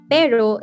Pero